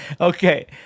Okay